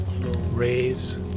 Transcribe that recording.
Raise